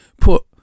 put